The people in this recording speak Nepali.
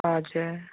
हजुर